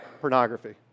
pornography